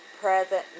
present